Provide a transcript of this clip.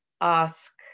ask